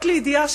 רק לידיעה,